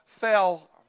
fell